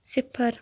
صِفر